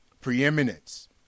preeminence